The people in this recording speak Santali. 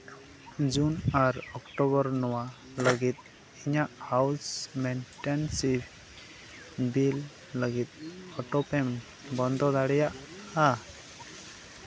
ᱡᱩᱱ ᱟᱨ ᱚᱠᱴᱳᱵᱚᱨ ᱱᱚᱣᱟ ᱞᱟᱹᱜᱤᱫ ᱤᱧᱟᱹᱜ ᱦᱟᱣᱩᱥ ᱢᱮᱱᱴᱮᱱᱥᱤ ᱵᱤᱞ ᱞᱟᱹᱜᱤᱫ ᱚᱴᱳ ᱯᱮᱢ ᱵᱚᱱᱫᱚ ᱫᱟᱲᱮᱭᱟᱜᱼᱟ